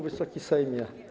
Wysoki Sejmie!